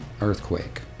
earthquake